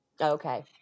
Okay